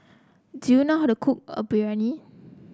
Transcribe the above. do you know how to cook a Biryani